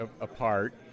apart